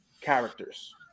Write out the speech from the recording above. characters